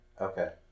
Okay